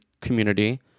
community